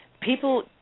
people